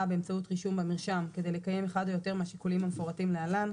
באמצעות רישום במרשם כדי לקיים אחד או יותר מהשיקולים המפורטים להלן,